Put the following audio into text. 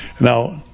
Now